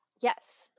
yes